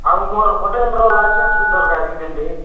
ଆଉ ମୋର ହୋଟେଲ୍ର ଲାଇସେନ୍ସ୍ ବି ଦରକାର କି କେମତି